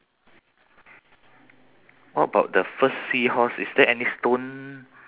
all the way to a sheltered shack open